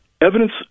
Evidence